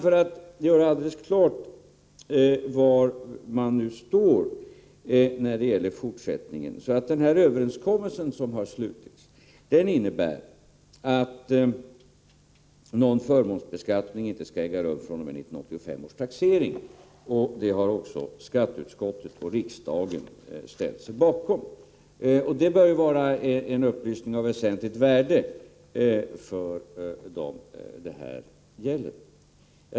För att göra alldeles klart vad som skall gälla i fortsättningen vill jag peka på den överenskommelse som har slutits och som innebär att någon förmånsbeskattning inte skall äga rum fr.o.m. 1985 års taxering, vilket skatteutskottet och riksdagen ställt sig bakom. Detta bör vara en upplysning av väsentligt värde för dem det här gäller.